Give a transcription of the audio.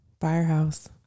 Firehouse